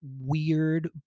weird